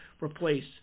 replace